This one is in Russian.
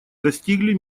достигли